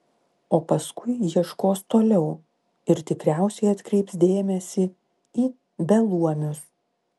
o paskui ieškos toliau ir tikriausiai atkreips dėmesį į beluomius